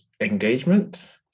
engagement